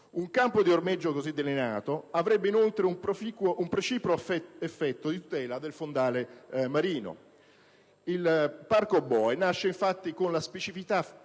Un campo di ormeggio così delineato avrebbe inoltre un precipuo effetto di tutela del fondale marino. Il parco boe nasce infatti con la specifica finalità